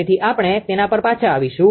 તેથી આપણે તેના પર પાછા આવીશું